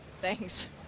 Thanks